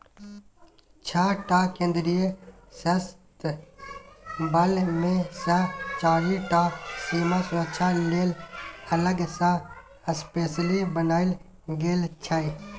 छअ टा केंद्रीय सशस्त्र बल मे सँ चारि टा सीमा सुरक्षा लेल अलग सँ स्पेसली बनाएल गेल छै